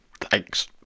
Thanks